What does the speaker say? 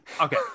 Okay